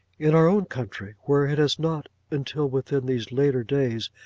in our own country, where it has not, until within these later days,